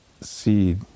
seed